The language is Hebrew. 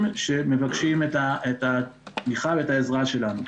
שמבקשים את התמיכה ואת העזרה שלנו.